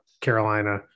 Carolina